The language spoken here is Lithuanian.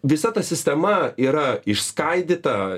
visa ta sistema yra išskaidyta